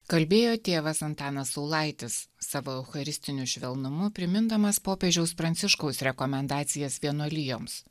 kalbėjo tėvas antanas saulaitis savo eucharistiniu švelnumu primindamas popiežiaus pranciškaus rekomendacijas vienuolijoms